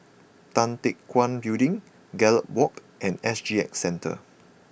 Tan Teck Guan Building Gallop Walk and S G X Centre